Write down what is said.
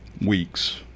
weeks